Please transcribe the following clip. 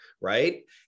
Right